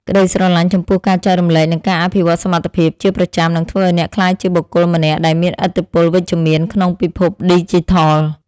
ក្តីស្រឡាញ់ចំពោះការចែករំលែក និងការអភិវឌ្ឍសមត្ថភាពជាប្រចាំនឹងធ្វើឱ្យអ្នកក្លាយជាបុគ្គលម្នាក់ដែលមានឥទ្ធិពលវិជ្ជមានក្នុងពិភពឌីជីថល។